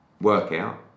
workout